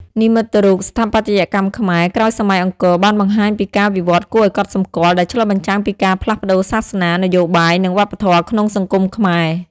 និមិត្តរូបស្ថាបត្យកម្មខ្មែរក្រោយសម័យអង្គរបានបង្ហាញពីការវិវឌ្ឍគួរឱ្យកត់សម្គាល់ ដែលឆ្លុះបញ្ចាំងពីការផ្លាស់ប្តូរសាសនា នយោបាយ និងវប្បធម៌ក្នុងសង្គមខ្មែរ។